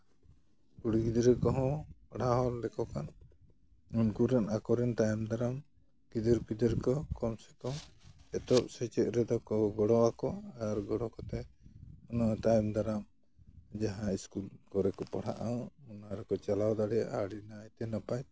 ᱠᱩᱲᱤ ᱜᱤᱫᱽᱨᱟᱹ ᱠᱚᱦᱚᱸ ᱯᱟᱲᱦᱟᱣ ᱞᱮᱠᱚ ᱠᱷᱟᱱ ᱩᱱᱠᱩ ᱨᱮᱱ ᱟᱠᱚ ᱨᱮᱱ ᱛᱟᱭᱚᱢ ᱫᱟᱨᱟᱢ ᱜᱤᱫᱟᱹᱨ ᱯᱤᱫᱟᱹᱨ ᱠᱚ ᱠᱚᱢ ᱥᱮ ᱠᱚᱢ ᱮᱛᱚᱦᱚᱵ ᱥᱮᱪᱮᱫ ᱨᱮᱫᱚ ᱠᱚ ᱜᱚᱲᱚᱣᱠᱚ ᱟᱨ ᱜᱚᱲᱚ ᱠᱟᱛᱮ ᱚᱱᱟ ᱛᱟᱭᱚᱢ ᱫᱟᱨᱟᱢ ᱡᱟᱦᱟᱸ ᱤᱥᱠᱩᱞ ᱠᱚᱨᱮ ᱠᱚ ᱯᱟᱲᱦᱟᱜᱼᱟ ᱚᱱᱟ ᱨᱮᱠᱚ ᱪᱟᱞᱟᱣ ᱫᱟᱲᱮᱭᱟᱜᱼᱟ ᱟᱹᱰᱤ ᱱᱟᱭᱛᱮ ᱱᱟᱯᱟᱭᱛᱮ